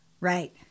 Right